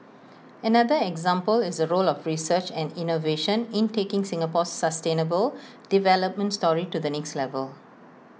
another example is the role of research and innovation in taking Singapore's sustainable development story to the next level